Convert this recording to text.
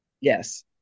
Yes